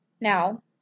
now